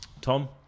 Tom